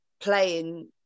playing